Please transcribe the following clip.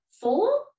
four